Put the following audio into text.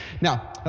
Now